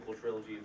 trilogy